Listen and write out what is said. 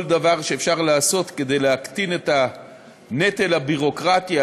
כל דבר שאפשר לעשות כדי להקטין את הנטל הביורוקרטי,